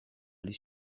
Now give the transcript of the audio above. les